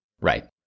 Right